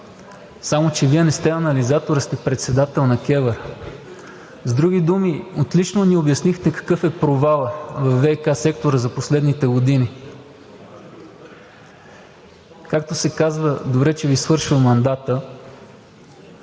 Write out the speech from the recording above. Само че Вие не сте анализатор, а сте председател на КЕВР. С други думи отлично ни обяснихте какъв е провалът във ВиК сектора за последните години. Както се казва: добре, че Ви свършва мандатът.